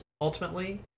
ultimately